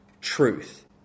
truth